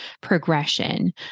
progression